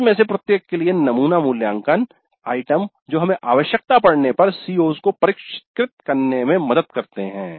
CO's में से प्रत्येक के लिए नमूना मूल्यांकन आइटम जो हमें आवश्यकता पड़ने पर CO's को परिष्कृत करने में मदद करते हैं